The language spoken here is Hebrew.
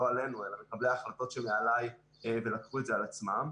לא עלינו אלא מקבלי ההחלטות שמעליי ולקחו את זה על עצמם,